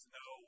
no